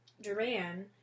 Duran